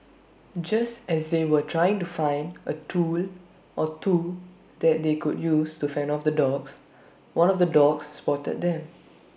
just as they were trying to find A tool or two that they could use to fend off the dogs one of the dogs spotted them